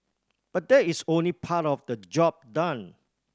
but that is only part of the job done